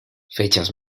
fechas